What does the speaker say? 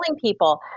people